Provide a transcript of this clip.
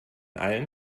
allen